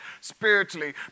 spiritually